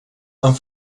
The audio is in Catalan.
amb